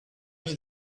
mis